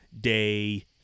day